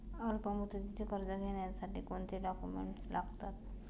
अल्पमुदतीचे कर्ज घेण्यासाठी कोणते डॉक्युमेंट्स लागतात?